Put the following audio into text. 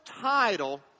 title